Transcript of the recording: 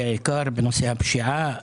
בעיקר בנושא הפשיעה,